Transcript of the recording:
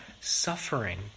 suffering